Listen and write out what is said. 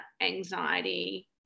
anxiety